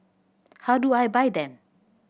how do I buy them